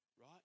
right